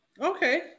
Okay